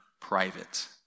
private